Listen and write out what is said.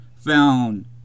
found